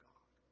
God